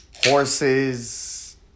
Horses